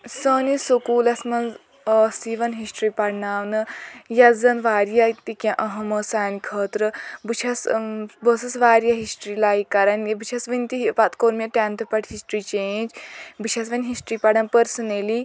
سٲنِس سکوٗلَس مَنٛز ٲس یوان ہِسٹرٛی پرناونہٕ یۄس زن واریاہ تہِ کیٚنٛہہ أہم ٲس سانہِ خٲطرٕ بہٕ چھیٚس بہٕ ٲسس واریاہ ہِسٹرٛی لایک کران یہِ بہٕ چھَس وُنہِ تہِ پَتہٕ کوٚر مےٚ ٹیٚنتھہٕ پٮ۪ٹھ ہِسٹرٛی چینٛج بہٕ چھیٚس وۄنۍ ہِسٹرٛی پَران پٔرسٕنلی